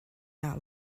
not